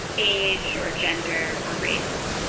age or gender or race.